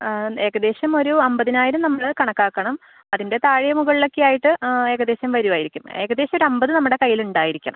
ഏകദേശം ഒരു അൻപതിനായിരം നമ്മൾ കണക്കാക്കണം അതിൻ്റെ താഴെ മുകളിലൊക്കെയായിട്ട് ആ ഏകദേശം വരുവായിരിക്കും ഏകദേശമൊരു അൻപത് നമ്മുടെ കൈയ്യിലുണ്ടായിരിക്കണം